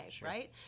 right